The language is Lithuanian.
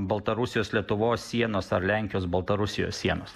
baltarusijos lietuvos sienos ar lenkijos baltarusijos sienos